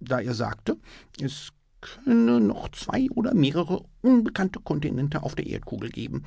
da er sagte es könne noch zwei oder mehrere unbekannte kontinente auf der erdkugel geben